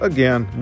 Again